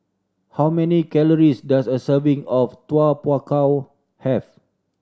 how many calories does a serving of Tau Kwa Pau have